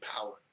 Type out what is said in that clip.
power